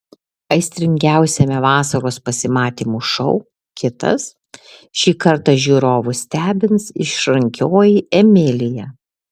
aistringiausiame vasaros pasimatymų šou kitas šį kartą žiūrovus stebins išrankioji emilija